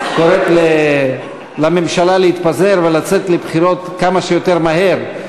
קוראת לממשלה להתפזר ולצאת לבחירות כמה שיותר מהר,